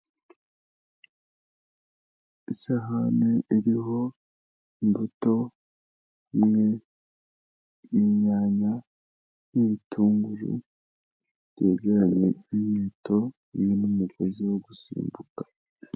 Isahani iriho imbuto, imwe y'inyanya n'ibitunguru, byegeranye n'inkweto yewe n'umugezi wo gusimbuka.